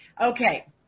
Okay